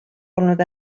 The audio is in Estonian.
polnud